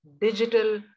digital